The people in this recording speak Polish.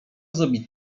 zrobi